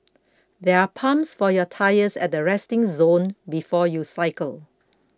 there are pumps for your tyres at the resting zone before you cycle